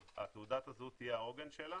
שתעודת הזהות תהיה העוגן שלה